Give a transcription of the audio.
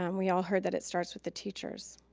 um we all heard that it starts with the teachers.